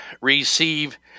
receive